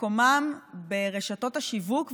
מקומם ברשתות השיווק,